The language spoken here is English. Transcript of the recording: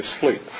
sleep